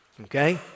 Okay